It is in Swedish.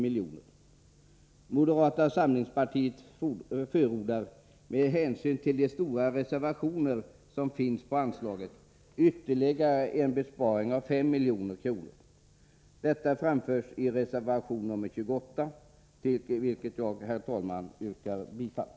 Moderata samlingspartiet förordar, med hänsyn till de stora reservationer som finns på anslaget, en besparing på ytterligare 5 milj.kr. Detta framförs i reservation nr 28, till vilken jag, herr talman, yrkar bifall.